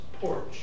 porch